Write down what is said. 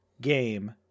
game